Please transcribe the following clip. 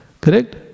Correct